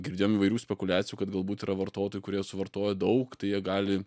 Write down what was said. girdėjom įvairių spekuliacijų kad galbūt yra vartotojų kurie suvartoja daug tai jie gali